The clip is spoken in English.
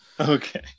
Okay